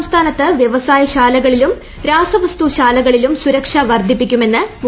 സംസ്ഥാനത്ത് വ്യവസായശാലകളിലു് രാസവസ്തുശാലകളിലും സുർക്ഷ് വർദ്ധിപ്പിക്കുമെന്ന് മുഖ്യമന്ത്രി